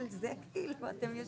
במצב